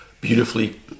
beautifully